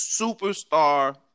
superstar